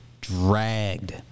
dragged